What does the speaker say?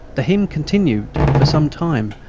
the hymn continued for some time,